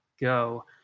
go